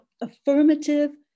affirmative